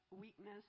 weakness